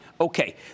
Okay